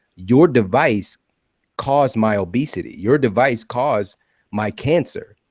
your device caused my obesity. your device caused my cancer,